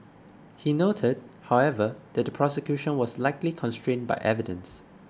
he noted however that the prosecution was likely constrained by evidence